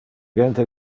gente